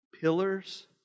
pillars